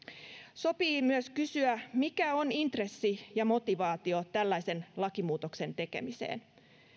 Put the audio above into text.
sopii myös kysyä mikä on intressi ja motivaatio tällaisen lakimuutoksen tekemiseen